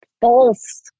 false